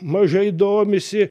mažai domisi